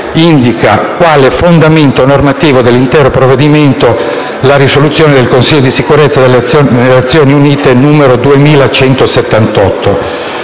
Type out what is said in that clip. indica, quale fondamento normativo dell'intero provvedimento, la risoluzione del Consiglio di sicurezza delle Nazioni Unite n. 2178,